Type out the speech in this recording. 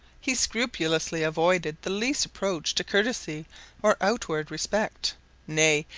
he scrupulously avoided the least approach to courtesy or outward respect nay,